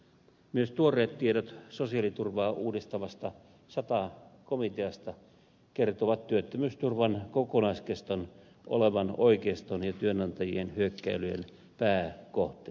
myös tuoreet tiedot sosiaaliturvaa uudistavasta sata komiteasta kertovat työttömyysturvan kokonaiskeston olevan oikeiston ja työnantajien hyökkäilyjen pääkohteena